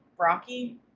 Rocky